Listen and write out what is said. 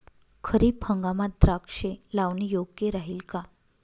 खरीप हंगामात द्राक्षे लावणे योग्य राहिल का?